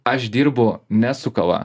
aš dirbu ne su kava